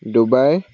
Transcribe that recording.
Dubai